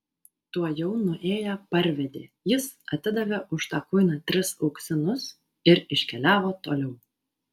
tuojau nuėję parvedė jis atidavė už tą kuiną tris auksinus ir iškeliavo toliau